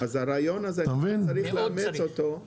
אז הרעיון הזה, צריך לאמץ אותו.